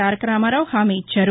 తారకరామారావు హామీ ఇచ్చారు